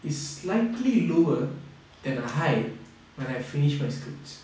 is slightly lower than the high when I finished my scripts